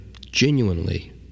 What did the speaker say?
genuinely